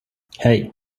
hey